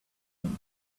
him